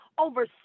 over